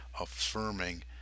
affirming